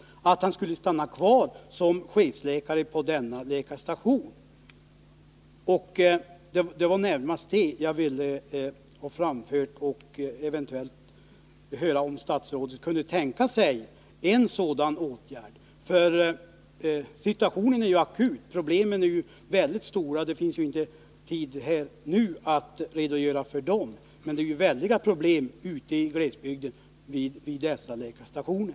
Då kunde han tänkas stanna kvar som chefläkare på läkarstationen. Det var närmast detta som jag ville säga. Jag ville höra om statsrådet kan tänka sig en sådan åtgärd. Problemen är ju mycket stora. Vi har inte tid att redogöra för dem just nu, men jag vill understryka att det är väldiga problem i glesbygden vid dessa läkarstationer.